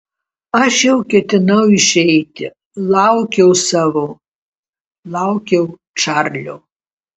aš jau ketinau išeiti laukiau savo laukiau čarlio